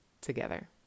together